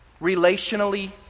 Relationally